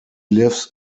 lives